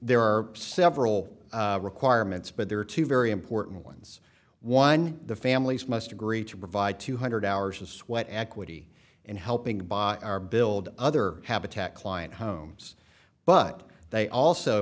there are several requirements but there are two very important ones one the families must agree to provide two hundred hours of sweat equity in helping buy are build other habitat client homes but they also